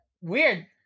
weird